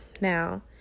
Now